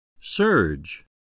Surge